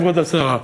כבוד השרה.